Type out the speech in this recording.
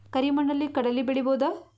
ಕರಿ ಮಣ್ಣಲಿ ಕಡಲಿ ಬೆಳಿ ಬೋದ?